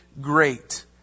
great